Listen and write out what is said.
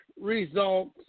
results